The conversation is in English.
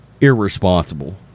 irresponsible